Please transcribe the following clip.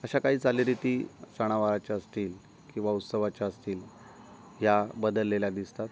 अशा काही चालीरीती सणावाराच्या असतील किंवा उत्सवाच्या असतील या बदललेल्या दिसतात